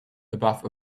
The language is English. above